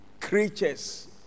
creatures